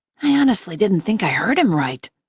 i honestly didn't think i heard him right.